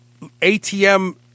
ATM